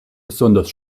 besonders